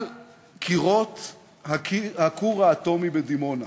על קירות הכור האטומי בדימונה,